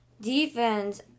defense